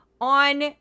On